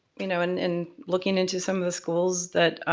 you know and in looking into some of the schools that